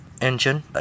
engine